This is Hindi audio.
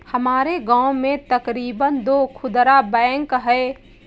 हमारे गांव में तकरीबन दो खुदरा बैंक है